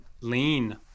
lean